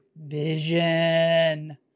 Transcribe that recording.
Vision